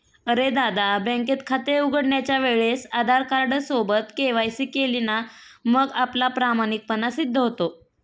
अरे दादा, बँकेत खाते उघडण्याच्या वेळेस आधार कार्ड सोबत के.वाय.सी केली ना मग आपला प्रामाणिकपणा सिद्ध होतो